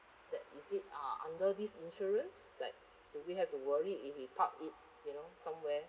that is it uh under this insurance like do we have to worry if we park it you know somewhere